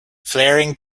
flaring